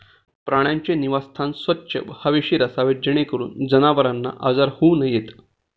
प्राण्यांचे निवासस्थान स्वच्छ व हवेशीर असावे जेणेकरून जनावरांना आजार होऊ नयेत